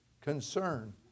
concern